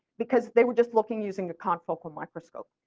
because they were just looking using a confocal microscope.